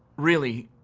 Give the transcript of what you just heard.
really.